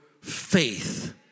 faith